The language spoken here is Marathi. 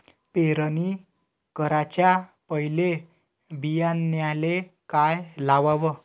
पेरणी कराच्या पयले बियान्याले का लावाव?